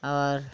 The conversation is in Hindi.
और